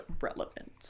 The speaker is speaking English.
relevant